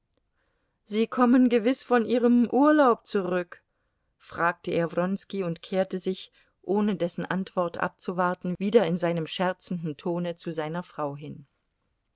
sie kommen gewiß von ihrem urlaub zurück fragte er wronski und kehrte sich ohne dessen antwort abzuwarten wieder in seinem scherzenden tone zu seiner frau hin